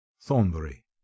Thornbury